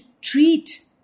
treat